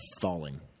falling